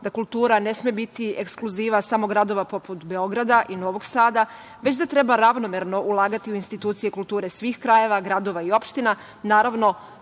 da kultura ne sme biti eksluziva samo gradova poput Beograda i Novog Sada, već da treba ravnomerno ulagati u institucije kulture svih krajeva, gradova i opština, naravno